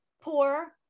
poor